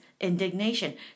indignation